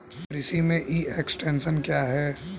कृषि में e extension क्या है?